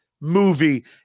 movie